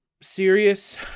serious